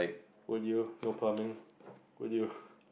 would you no pumping would you